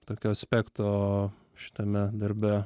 tokio aspekto šitame darbe